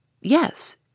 Yes